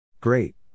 Great